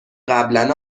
قبلنا